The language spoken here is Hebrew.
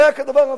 לא היה כדבר הזה.